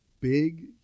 big